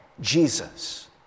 Jesus